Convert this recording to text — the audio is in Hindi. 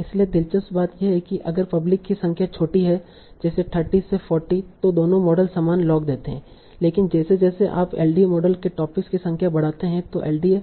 इसलिए दिलचस्प बात यह है कि अगर पब्लिक की संख्या छोटी है जैसे 30 से 40 तों दोनों मॉडल समान लॉग देते हैं लेकिन जैसे जैसे आप एलडीए मॉडल के टॉपिक्स की संख्या बढ़ाते हैं तों एलडीए